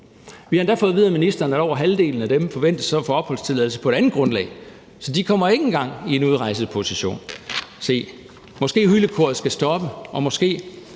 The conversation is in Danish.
Vi har endda fået at vide af ministeren, at over halvdelen af dem så forventes at få opholdstilladelse på et andet grundlag, så de altså ikke engang kommer i en udrejseposition. Måske skulle hylekoret stoppe, og måske